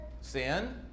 sin